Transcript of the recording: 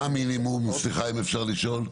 מה המינימום, אם אפשר לשאול?